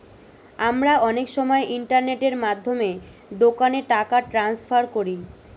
আমরা অনেক সময় ইন্টারনেটের মাধ্যমে দোকানে টাকা ট্রান্সফার করি